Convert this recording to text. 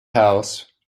house